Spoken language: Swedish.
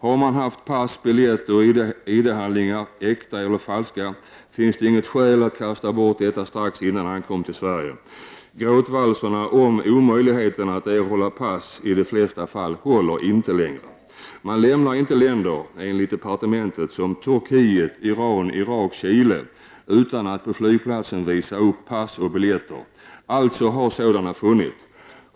Har man haft pass, biljett och ID-handlingar, äkta eller falska, finns det inget skäl att kasta bort dessa strax före ankomsten till Sverige. Gråtvalserna om omöjligheten att erhålla pass håller i de flesta fall inte längre. Enligt departementet lämnar man inte länder som Turkiet, Iran, Irak och Chile utan att på flygplatsen visa upp pass och biljetter. Alltså har sådana funnits.